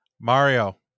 Mario